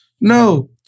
no